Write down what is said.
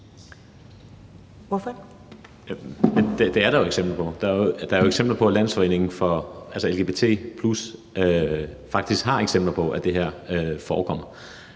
(S): Men det er der jo eksempler på. Der er jo eksempler på det. Landsforeningen LGBT+ Danmark har faktisk eksempler på, at det her forekommer.